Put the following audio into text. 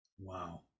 Wow